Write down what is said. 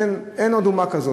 אין עוד אומה כזאת,